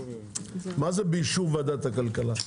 מה זה באישור ועדת הכלכלה?